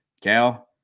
Cal –